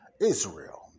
Israel